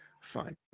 fine